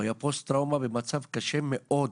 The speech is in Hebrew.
הוא היה פוסט טראומה במצב קשה מאוד,